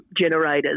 generators